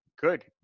good